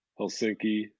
Helsinki